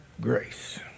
grace